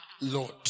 Lord